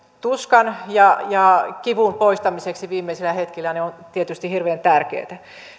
tuskan ja ja kivun poistamiseksi viimeisillä hetkillä on tietysti hirveän tärkeätä